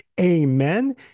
amen